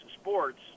sports